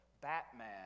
Batman